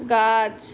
গাছ